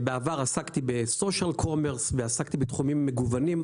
בעבר עסקתי ב- Social commerceועסקתי בתחומים מגוונים,